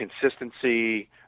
consistency